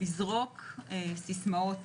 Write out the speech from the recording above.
לזרוק סיסמאות